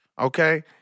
Okay